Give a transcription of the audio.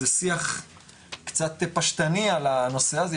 זה שיח קצת פשטני על הנושא הזה,